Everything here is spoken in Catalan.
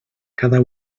cada